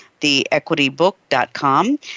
TheEquityBook.com